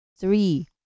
Three